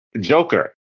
Joker